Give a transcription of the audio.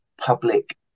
public